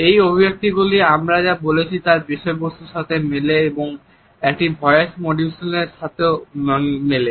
এই অভিব্যক্তি গুলি আমরা যা বলছি তার বিষয়বস্তুর সাথে মেলে এবং এগুলি ভয়েস মডুলেশন এর সঙ্গেও মেলে